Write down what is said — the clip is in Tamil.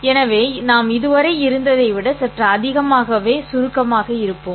எனவே நாம் இதுவரை இருந்ததை விட சற்று அதிகமாகவே சுருக்கமாக இருப்போம்